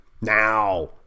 Now